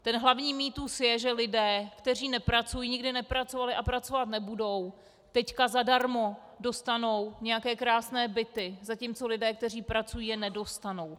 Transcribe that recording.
Ten hlavní mýtus je, že lidé, kteří nepracují, nikdy nepracovali a pracovat nebudou, teď zadarmo dostanou nějaké krásné byty, zatímco lidé, kteří pracují, je nedostanou.